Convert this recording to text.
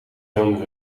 zoon